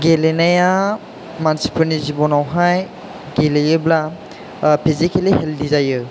गेलेनाया मानसिफोरनि जिबनावहाय गेलेयोब्ला फिजिकेलि हेल्डि जायो